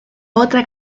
otra